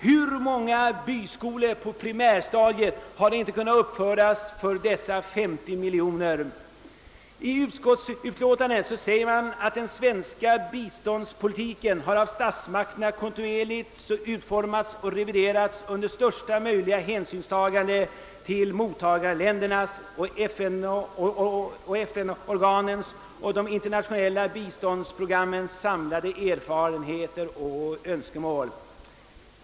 Hur många byskolor på primärstadiet hade inte kunnat uppföras för dessa 50 miljoner kronor! I statsutskottets utlåtande står det bl.a. att den svenska biståndspolitiken har av statsmakterna kontinuerligt utformats och reviderats med största möjliga hänsynstagande till mottagarländernas önskemål och FN-organens och de internationella biståndsprogrammens samlade erfarenheter.